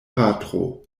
patro